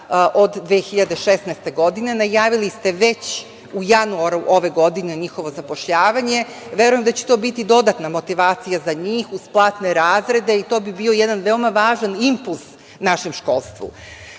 od 2016. godine. Najavili ste već u januaru ove godine njihovo zapošljavanje. Verujem da će to biti dodatna motivacija za njih uz platne razrede i to bi bio jedan veoma važan impuls našem školstvu.U